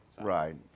Right